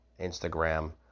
Instagram